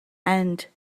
and